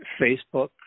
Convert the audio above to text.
Facebook